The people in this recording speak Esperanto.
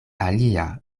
alia